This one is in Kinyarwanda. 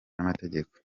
n’amategeko